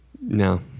No